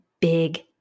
Big